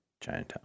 Chinatown